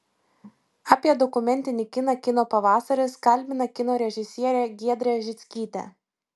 apie dokumentinį kiną kino pavasaris kalbina kino režisierę giedrę žickytę